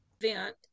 Event